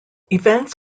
events